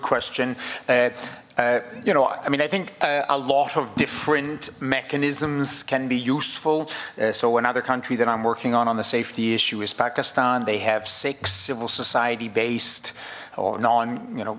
question you know i mean i think a lot of different mechanisms can be useful so another country that i'm working on on the safety issue is pakistan they have six civil society based or non you know